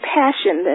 passion